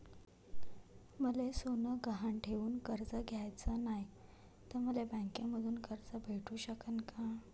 मले सोनं गहान ठेवून कर्ज घ्याचं नाय, त मले बँकेमधून कर्ज भेटू शकन का?